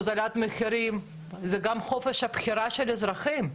הוזלת מחירים זה גם חופש הבחירה של אזרחים.